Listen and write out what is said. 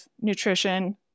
nutrition